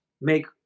make